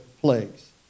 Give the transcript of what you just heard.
plagues